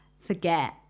forget